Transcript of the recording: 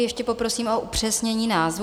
Ještě poprosím o upřesnění názvu.